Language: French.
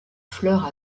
fleur